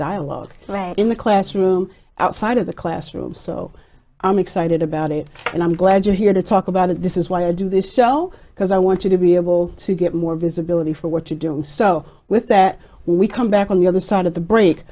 dialogue in the classroom outside of the classroom so i'm excited about it and i'm glad you're here to talk about it this is why i do this show because i want you to be able to get more visibility for what you do and so with that when we come back on the other side of the break